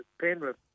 Penrith